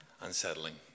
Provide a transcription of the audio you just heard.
unsettling